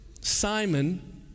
Simon